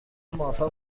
موفق